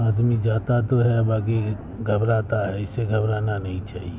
آدمی جاتا تو ہے باقی گھبراتا ہے اسے گھبرانا نہیں چاہیے